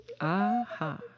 Aha